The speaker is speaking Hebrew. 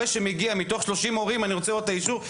שמגיע מתוך 30 הורים ואומר שהוא רוצה לראות את האישור.